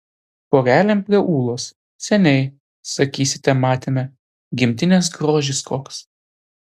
porelėm prie ūlos seniai sakysite matėme gimtinės grožis koks